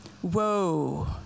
whoa